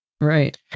Right